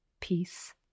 peace